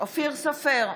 אופיר סופר,